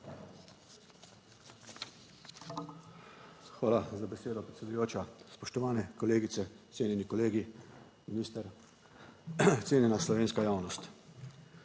Hvala za besedo, predsedujoča. Spoštovane kolegice, cenjeni kolegi, minister, cenjena slovenska javnost!